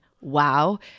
wow